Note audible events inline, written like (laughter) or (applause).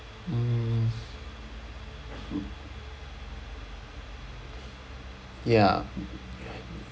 um (noise) ya (noise)